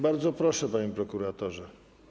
Bardzo proszę, panie prokuratorze.